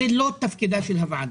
זה לא תפקידה של הוועדה.